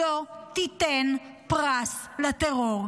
לא ניתן פרס לטרור.